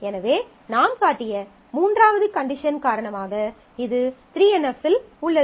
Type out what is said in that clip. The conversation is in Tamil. எனவே நாம் காட்டிய மூன்றாவது கண்டிஷன் காரணமாக இது 3 NF இல் உள்ளது